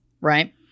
right